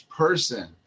person